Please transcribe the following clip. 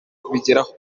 kubigeraho